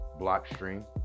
Blockstream